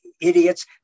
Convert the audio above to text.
idiots